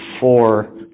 four